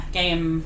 game